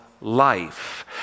life